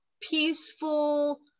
peaceful